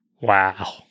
Wow